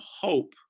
hope